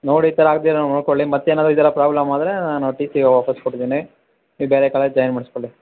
ನೋಡಿ ಸರ್ ಆಗದೆ ಇರೋಂಗೆ ನೋಡಿಕೊಳ್ಳಿ ಮತ್ತೆ ಏನಾದರೂ ಈ ಥರ ಪ್ರಾಬ್ಲಮ್ ಆದರೆ ನಾನು ಟಿ ಸಿ ವಾಪಸ್ ಕೊಡ್ತೀನಿ ನೀವು ಬೇರೆ ಕಾಲೇಜ್ ಜಾಯಿನ್ ಮಾಡ್ಸ್ಕೊಳ್ಳಿ